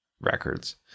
records